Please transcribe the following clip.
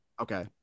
Okay